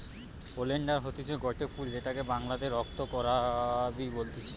oleander হতিছে গটে ফুল যেটাকে বাংলাতে রক্ত করাবি বলতিছে